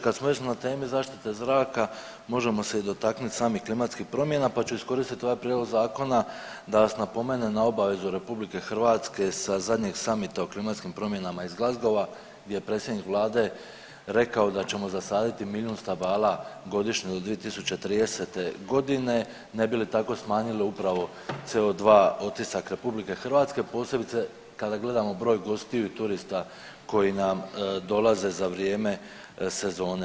Kad smo već na temi zaštite zraka, možemo se i dotaknuti samih klimatskih promjena pa ću iskoristiti ovaj prijedlog Zakona da vas napomenem na obavezu RH sa zadnjeg summita o klimatskim promjenama iz Glasgowa gdje je predsjednik Vlade rekao da ćemo zasaditi milijun stabala godišnje do 2030. g. ne bi li tako smanjili upravo CO2 otisak RH, posebice kada gledamo broj gostiju i turista koji nam dolaze za vrijeme sezone.